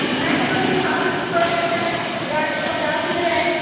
भैंस का दूध साठ रुपया लीटर है गाय का पचास में है